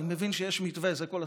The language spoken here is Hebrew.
אני מבין שיש מתווה, זה כל הסיפור.